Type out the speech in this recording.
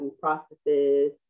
processes